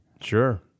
Sure